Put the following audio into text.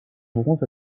bronze